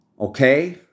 Okay